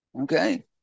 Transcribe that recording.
Okay